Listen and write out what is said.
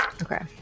Okay